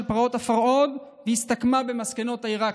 פרעות הפרהוד והסתמכה על מסקנות העיראקים.